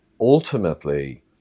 ultimately